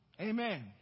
Amen